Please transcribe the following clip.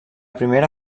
primera